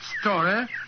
story